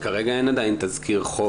כרגע אין עדיין תזכיר לחוק התקציב.